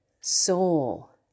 soul